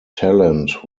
talent